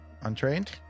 Untrained